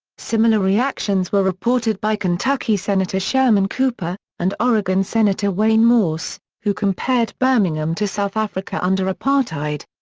similar reactions were reported by kentucky senator sherman cooper, and oregon senator wayne morse, who compared birmingham to south africa under apartheid.